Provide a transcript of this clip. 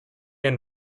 and